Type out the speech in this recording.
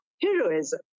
heroism